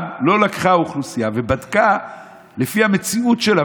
לא לקחו אוכלוסייה ובדקו לפי המציאות שלה,